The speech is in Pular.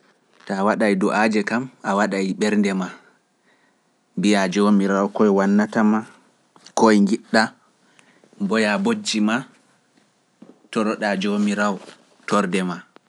Taa waɗa e du'aaje kam, a waɗa e ɓernde ma, mbiya joomiraawo koye wannata ma, koye njiɗɗa, mboya bojji ma, toroɗa joomiraawo torde ma.